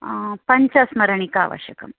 पञ्चस्मरणिका आवश्यकम्